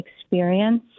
experience